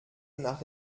nach